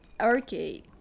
arcade